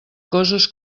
coses